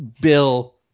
Bill